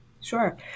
Sure